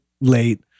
late